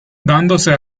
dándose